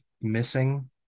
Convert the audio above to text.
missing